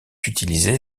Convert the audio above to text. utilisé